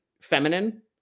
feminine